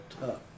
tough